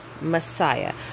Messiah